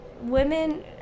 Women